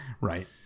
Right